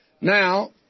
Now